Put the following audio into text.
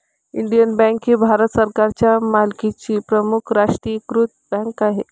Indian bank ही भारत सरकारच्या मालकीची प्रमुख राष्ट्रीयीकृत बँक आहे